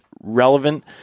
relevant